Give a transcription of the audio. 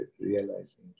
realizing